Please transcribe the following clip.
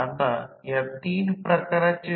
म्हणून आम्हाला Z हे मिळाले आहे